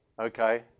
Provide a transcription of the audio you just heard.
Okay